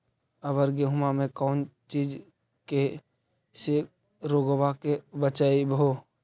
अबर गेहुमा मे कौन चीज के से रोग्बा के बचयभो?